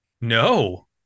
No